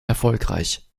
erfolgreich